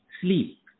sleep